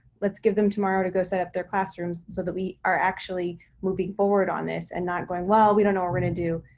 let's give them tomorrow to go set up their classrooms so that we are actually moving forward on this and not going well. we don't know what gonna do.